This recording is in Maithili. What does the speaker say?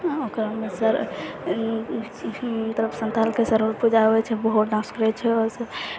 ओकरा मे सऽ मतलब संथाल सब के पूजा होइ छै बहुत डांस करै छै ओहो सब